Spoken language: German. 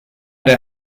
der